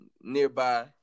nearby